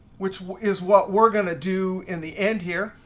which is what we're going to do in the end here,